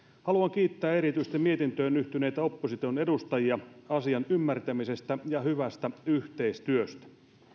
haluan kiittää erityisesti mietintöön yhtyneitä opposition edustajia asian ymmärtämisestä ja hyvästä yhteistyöstä